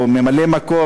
או ממלא-המקום,